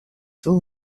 full